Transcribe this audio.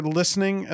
listening